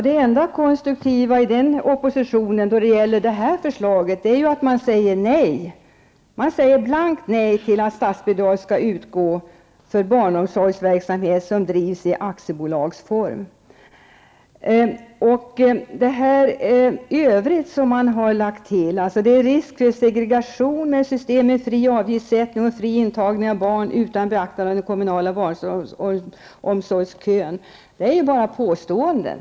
Det enda konstruktiva i den oppositionen när det gäller det här förslaget är att man säger nej. Man säger blankt nej till att det skall utgå statsbidrag för barnomsorgsverksamhet som drivs i aktiebolagsform. Det övriga man säger om att det finns risk för segregation i ett system med fri avgiftssättning och fri intagning av barn utan beaktande av den kommunala barnomsorgskön är bara påståenden.